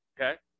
Okay